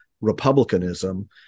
Republicanism